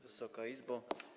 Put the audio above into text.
Wysoka Izbo!